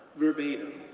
verbatim,